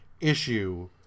issue